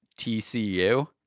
TCU